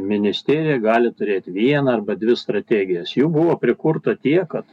ministerija gali turėt vieną arba dvi strategijas jų buvo prikurta tiek kad